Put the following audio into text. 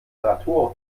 apparatur